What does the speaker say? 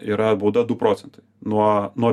yra bauda du procentai nuo nuo